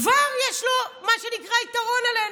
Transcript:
כבר יש לו, מה שנקרא, יתרון עלינו.